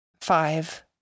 five